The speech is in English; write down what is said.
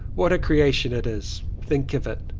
what a creation it is! think of it,